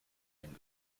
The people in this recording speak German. den